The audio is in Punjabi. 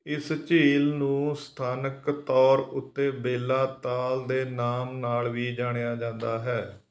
ਇਸ ਝੀਲ ਨੂੰ ਸਥਾਨਕ ਤੌਰ ਉੱਤੇ ਬੇਲਾ ਤਾਲ ਦੇ ਨਾਮ ਨਾਲ ਵੀ ਜਾਣਿਆ ਜਾਂਦਾ ਹੈ